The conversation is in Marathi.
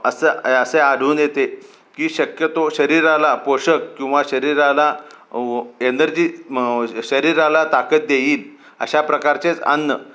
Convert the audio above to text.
असं असे आढळून येते की शक्यतो शरीराला पोषक किंवा शरीराला एनर्जी शरीराला ताकद देईल अशा प्रकारचेच अन्न